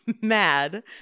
mad